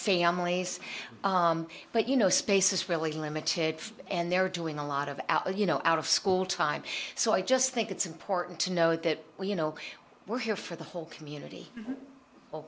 families but you know space is really limited and they're doing a lot of out of you know out of school time so i just think it's important to note that you know we're here for the whole community